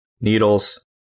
Needles